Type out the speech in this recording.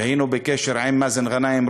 והיינו בקשר עם מאזן גנאים,